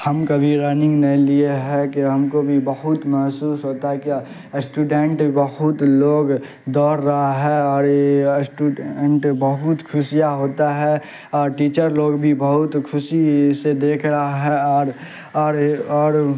ہم کبھی رننگ نہیں لیے ہے کہ ہم کو بھی بہت محسوس ہوتا ہے کیا اسٹوڈینٹ بہت لوگ دور رہا ہے اور اسٹوڈینٹ بہت خوشیاں ہوتا ہے اور ٹیچر لوگ بھی بہت خوشی سے دیکھ رہا ہے اور اور اور